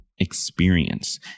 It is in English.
experience